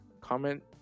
comment